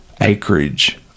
acreage